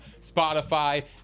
Spotify